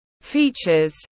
features